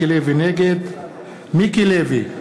נגד מיקי לוי,